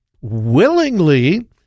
willingly